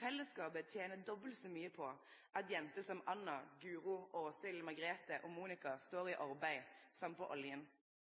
Fellesskapet tener dobbelt så mykje på at jenter som Anna, Guro, Åshild, Margrethe og Monica står i arbeid, som på oljen.